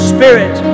Spirit